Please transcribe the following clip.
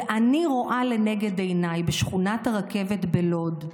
ואני רואה לנגד עיניי את שכונת הרכבת בלוד,